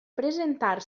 presentar